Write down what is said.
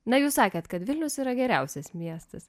na jūs sakėte kad vilnius yra geriausias miestas